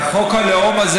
בחוק הלאום הזה